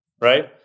right